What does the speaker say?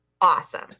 awesome